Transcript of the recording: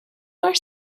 are